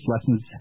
Lessons